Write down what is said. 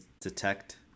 detect